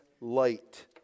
light